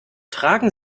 tragen